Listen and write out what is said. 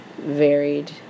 varied